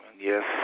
Yes